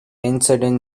incident